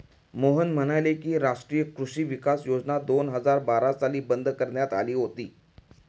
मोहन म्हणाले की, राष्ट्रीय कृषी विकास योजना दोन हजार बारा साली बंद करण्यात आली होती